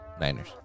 Niners